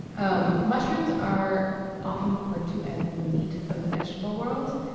um mushrooms are often referred to as the meat of the vegetable world,